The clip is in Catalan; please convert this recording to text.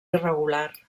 irregular